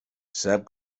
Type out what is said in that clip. sap